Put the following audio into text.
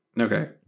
okay